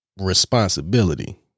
responsibility